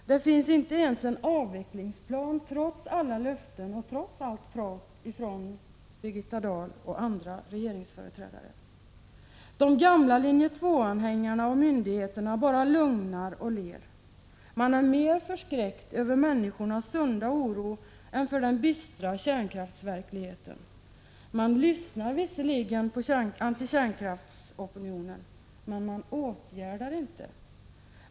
Det finns inte ens en avvecklingsplan, trots alla löften och trots allt prat från Birgitta Dahl och andra regeringsföreträdare. De gamla linje 2-anhängarna och myndigheterna bara lugnar och ler. De är mer förskräckta över människors sunda oro än över den bistra kärnkraftsverkligheten. De lyssnar visserligen på antikärnkraftsopinionen, men de åtgärdar inte.